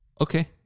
Okay